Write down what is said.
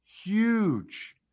Huge